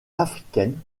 africaine